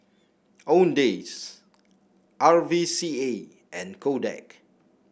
Owndays R V C A and Kodak